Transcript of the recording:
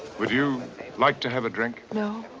would you like to have a drink? no.